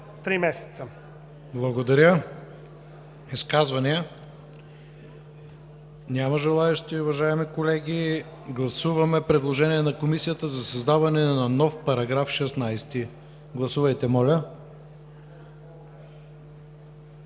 К. ИВАНОВ: Благодаря. Изказвания? Няма желаещи. Уважаеми колеги, гласуваме предложението на Комисията за създаване на нов § 16. Гласувайте, моля.